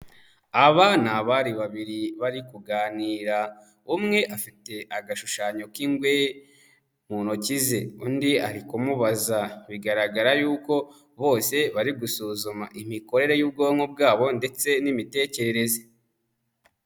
Aba ni abari babiri bari kuganira, umwe afite agashushanyo k'ingwe mu ntoki ze undi ari kumubaza, bigaragara yuko bose bari gusuzuma imikorere y'ubwonko bwabo ndetse n'imitekerereze.